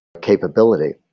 capability